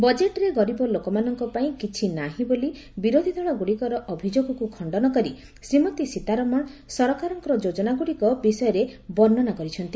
ବଜେଟ୍ରେ ଗରିବ ଲୋକମାନଙ୍କ ପାଇଁ କିଛି ନାହିଁ ବୋଲି ବିରୋଧୀ ଦଳଗୁଡ଼ିକର ଅଭିଯୋଗକୁ ଖଣ୍ଡନ କରି ଶ୍ରୀମତୀ ସୀତାରମଣ ସରକାରଙ୍କର ଯୋଜନାଗୁଡ଼ିକ ବିଷୟରେ ବର୍ଷନା କରିଛନ୍ତି